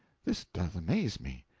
this doth amaze me!